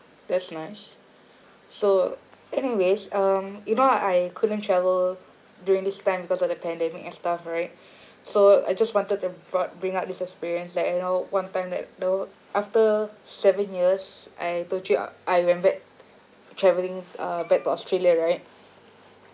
that's nice so anyways um you know I couldn't travel during this time because of the pandemic and stuff right so I just wanted to brou~ bring up this experience like you know one time that though after seven years I told you I remembered travelling uh back to australia right